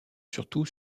surtout